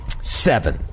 Seven